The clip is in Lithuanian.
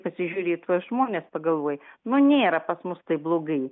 pasižiūri į tuos žmones pagalvoji nu nėra pas mus taip blogai